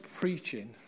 preaching